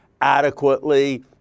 adequately